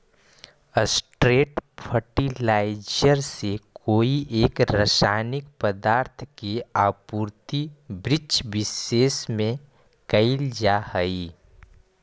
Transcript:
straight fertiliser से कोई एक रसायनिक पदार्थ के आपूर्ति वृक्षविशेष में कैइल जा हई